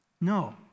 No